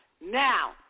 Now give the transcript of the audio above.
now